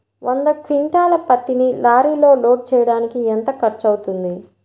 వంద క్వింటాళ్ల పత్తిని లారీలో లోడ్ చేయడానికి ఎంత ఖర్చవుతుంది?